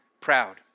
proud